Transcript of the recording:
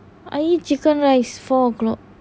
I eat chicken rice four o'clock